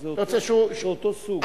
זה אותו סוג.